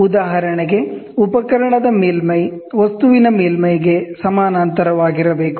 ಉದಾಹರಣೆಗೆ ಉಪಕರಣದ ಮೇಲ್ಮೈ ವಸ್ತುವಿನ ಮೇಲ್ಮೈಗೆ ಸಮಾನಾಂತರವಾಗಿರಬೇಕು